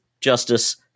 justice